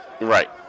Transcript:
Right